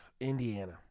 Indiana